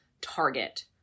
target